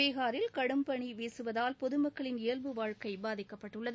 பீஹாரில் கடும்பனி வீசுவதால் பொதுமக்களின் இயல்பு வாழ்க்கை பாதிக்கப்பட்டுள்ளது